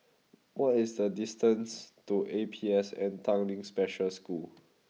what is the distance to A P S N Tanglin Special School